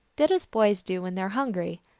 did as boys do when they are hungry,